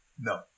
No